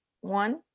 one